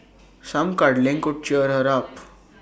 some cuddling could cheer her up